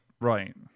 right